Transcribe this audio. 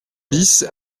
bis